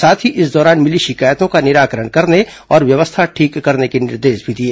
साथ ही इस दौरान मिली शिकायतों का निराकरण करने और व्यवस्था ठीक करने के निर्देश दिए